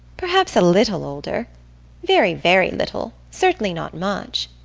perhaps a little older very, very little certainly not much.